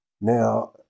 Now